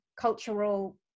cultural